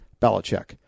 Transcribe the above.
Belichick